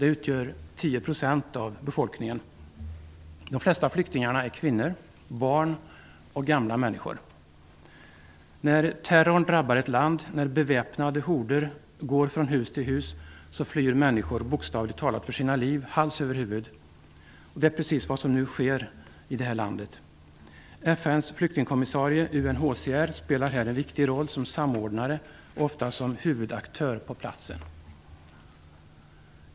Det är 10 % av befolkningen, och de flesta flyktingar är kvinnor, barn och gamla. När terrorn drabbar ett land, när beväpnade horder går från hus till hus, flyr människor bokstavligt för sina liv hals över huvud. Det är precis vad som nu sker i Burundi. FN:s flyktingkommissarie UNHCR spelar här en viktig roll som samordnare och ofta som huvudaktör på platsen.